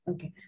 Okay